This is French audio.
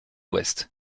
ouest